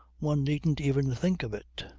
one needn't even think of it.